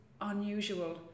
unusual